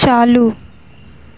چالو